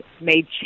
made